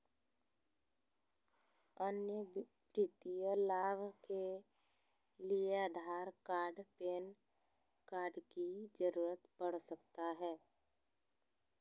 अन्य वित्तीय लाभ के लिए आधार कार्ड पैन कार्ड की जरूरत पड़ सकता है?